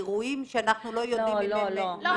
אירועים שאנחנו לא יודעים -- ידוע.